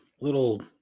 little